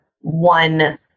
one